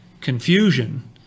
confusion